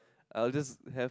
I will just have